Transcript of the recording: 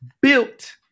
built